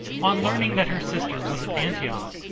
on learning that her sister was at antioch,